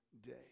day